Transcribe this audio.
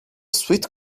sweet